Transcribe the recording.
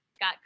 got